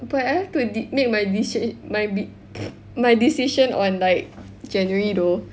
but I have to de~ make my deci~ my bi~ my decision on like January though